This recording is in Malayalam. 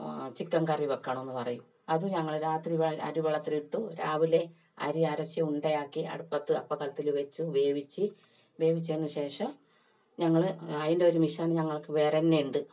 ചിക്കൻ കറി വയ്ക്കണമെന്ന് പറയും അത് ഞങ്ങൾ രാത്രി അരി വെള്ളത്തിലിട്ടു രാവിലെ അരി അരച്ചു ഉണ്ടയാക്കി അടുപ്പത്ത് അപ്പക്കലത്തിൽ വച്ചു വേവിച്ച് വേവിച്ചതിന് ശേഷം ഞങ്ങൾ അതിൻ്റെ ഒരു മെഷ്യൻ ഞങ്ങൾക്ക് വേറന്നേണ്ട്